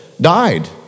died